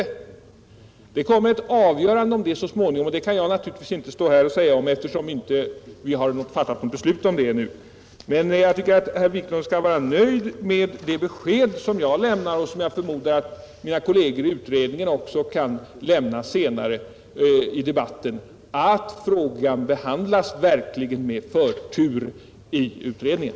Den saken kommer till ett avgörande så småningom. Men jag kan naturligtvis inte här säga någonting om tidpunkten, eftersom det ännu inte har fattats något beslut om den saken. Jag tycker att herr Wiklund skulle kunna vara nöjd med det besked jag lämnade, och som jag förmodar att mina kolleger i utredningen också kommer att lämna senare i debatten, att frågan behandlas med förtur i utredningen.